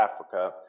Africa